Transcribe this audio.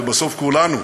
ובסוף כולנו,